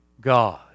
God